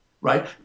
right